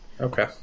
Okay